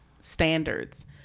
standards